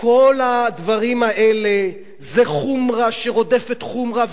כל הדברים האלה זה חומרה שרודפת חומרה,